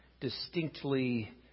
distinctly